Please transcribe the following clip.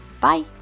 Bye